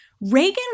Reagan